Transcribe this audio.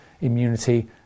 immunity